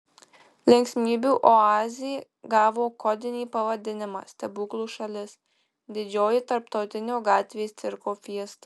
linksmybių oazė gavo kodinį pavadinimą stebuklų šalis didžioji tarptautinio gatvės cirko fiesta